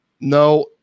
No